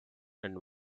and